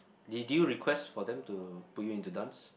did you request for them to put you into dance